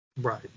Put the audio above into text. Right